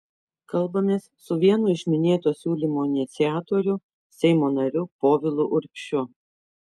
kalbamės su vienu iš minėto siūlymo iniciatorių seimo nariu povilu urbšiu